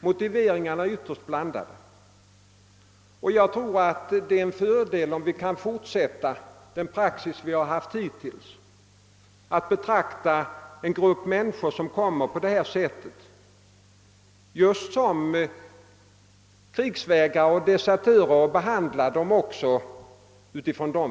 Motiveringarna är ytterst skiftande. Jag tror att det vore en fördel om vi kunde fortsätta den praxis vi hittills har haft, nämligen att betrakta en grupp människor, som kommer till vårt land på detta sätt, just som krigsvägrare och desertörer. Från dessa förutsättningar bör vi även ta emot dem.